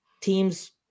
teams